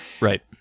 Right